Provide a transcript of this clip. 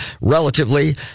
relatively